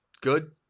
good